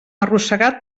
arrossegat